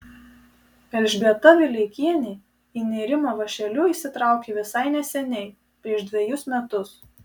elžbieta vileikienė į nėrimą vąšeliu įsitraukė visai neseniai prieš dvejus metus